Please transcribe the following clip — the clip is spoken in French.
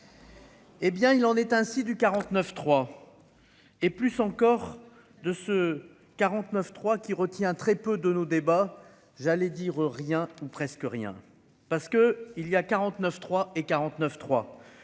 Eh bien, il en est ainsi du 49 3 et plus encore de ce 49 3 qui retient très peu de nos débats, j'allais dire, rien ou presque rien parce que il y a 49 3 et 49 3,